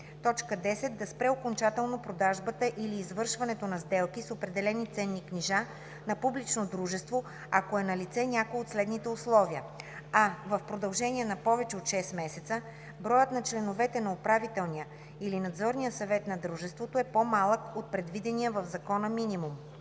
„10. да спре окончателно продажбата или извършването на сделки с определени ценни книжа на публично дружество, ако е налице някое от следните условия: а) в продължение на повече от 6 месеца броят на членовете на управителния или надзорния съвет на дружеството е по-малък от предвидения в Закона минимум;